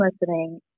listening